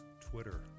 Twitter